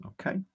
Okay